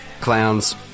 clowns